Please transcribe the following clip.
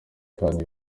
kandi